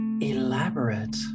elaborate